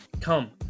come